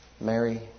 Mary